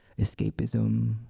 escapism